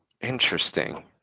Interesting